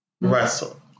Russell